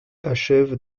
achève